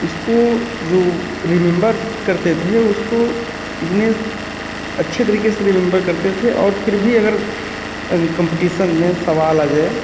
उसको जो रिमेम्बर करते थे उसको इतने अच्छे तरीके से रिमेम्बर करते थे और फिर भी अगर कंपटिशन में सवाल आ गया